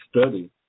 study